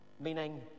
meaning